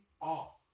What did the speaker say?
off